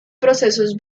procesos